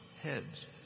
heads